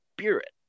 spirit